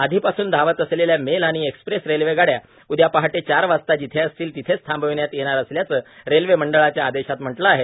आधीपासून धावत असलेल्या मेल आणि एक्सप्रेस रेल्वेगाड्या उदया पहाटे चार वाजता जिथे असतील तिथेच थांबवण्यात येणार असल्याचं रेल्वे मंडळाच्या आदेशात म्हटलं आहे